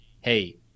hey